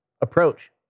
approach